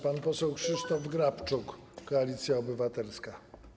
Pan poseł Krzysztof Grabczuk, Koalicja Obywatelska.